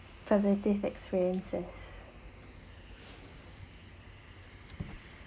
positive experiences